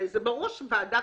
הרי זה ברור שכשוועדה